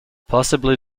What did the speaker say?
possibly